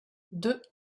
deux